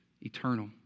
eternal